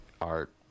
art